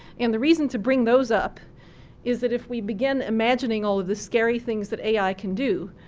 and the reason to bring those up is that, if we begin imagining all of the scary things that ai can do,